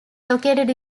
located